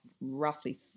roughly